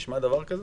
זה נשמע, דבר כזה?